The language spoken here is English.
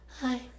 Hi